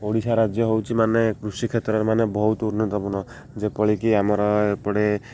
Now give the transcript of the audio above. ଓଡ଼ିଶା ରାଜ୍ୟ ହେଉଛି ମାନେ କୃଷିକ୍ଷେତ୍ରରେ ମାନେ ବହୁତ ଉନ୍ନତପୂର୍ଣ୍ଣ ଯେପରିକି ଆମର ଏପଟେ